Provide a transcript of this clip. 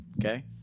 Okay